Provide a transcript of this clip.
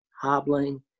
hobbling